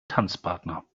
tanzpartner